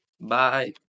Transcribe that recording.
Bye